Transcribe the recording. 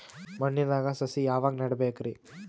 ಮಣ್ಣಿನಾಗ ಸಸಿ ಯಾವಾಗ ನೆಡಬೇಕರಿ?